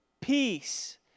peace